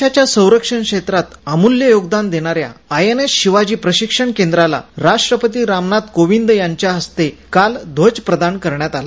देशाच्या संरक्षण क्षेत्रात अमूल्य योगदान देणाऱ्या आय एन एस शिवाजी प्रशिक्षण केंद्राला राष्ट्रपती रामनाथ कोविंद यांच्या हस्ते काल ध्वज प्रदान करण्यात आला